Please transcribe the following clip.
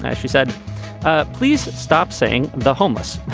and she said please stop saying the homeless.